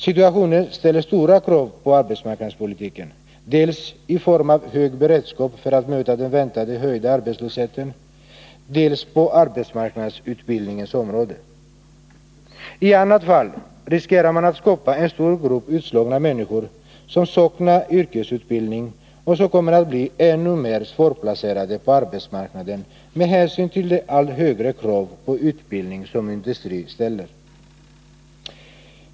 Situationen gör att stora krav måste ställas på arbetsmarknadspolitiken, dels i form av hög beredskap för att möta den väntade större arbetslösheten, dels i form av insatser på arbetsmarknadsutbildningens område. I annat fall riskerar man att skapa en stor grupp utslagna människor, som saknar yrkesutbildning och som kommer att bli än mer svårplacerade på arbetsmarknaden med hänsyn till de allt högre krav på utbildning som industrin ställer.